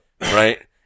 right